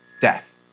death